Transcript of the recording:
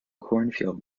cornfield